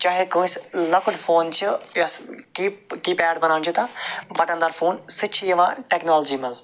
چاہے کٲنٛسہِ لَکُٹ فون چھُ یَس کی کیٖپیڈ ونان چھِ تتھبَٹَن دار فون سُہ چھ یِوان ٹیٚکنالجی مَنٛز